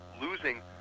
losing